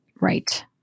Right